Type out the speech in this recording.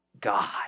God